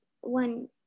one